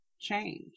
change